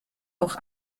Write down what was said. auch